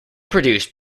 produced